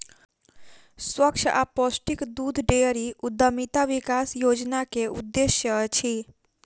स्वच्छ आ पौष्टिक दूध डेयरी उद्यमिता विकास योजना के उद्देश्य अछि